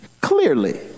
clearly